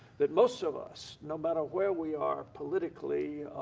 that most of us, no matter where we are politically,